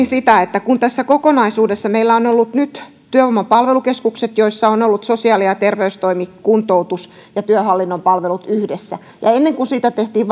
sitä että kun tässä kokonaisuudessa meillä on on ollut nyt työvoiman palvelukeskukset joissa on ollut sosiaali ja terveystoimi kuntoutus ja työhallinnon palvelut yhdessä ja ennen kuin siitä tehtiin